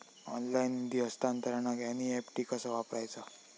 Online निधी हस्तांतरणाक NEFT कसा वापरायचा?